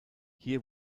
hier